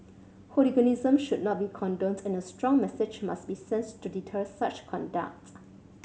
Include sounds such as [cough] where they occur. hooliganism should not be [unintelligible] and a strong message must be sent to deter such conducts